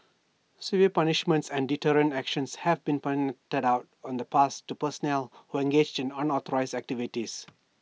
severe punishments and deterrent actions have been out in the past to personnel who engaged in unauthorised activities